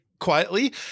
quietly